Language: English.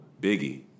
Biggie